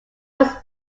was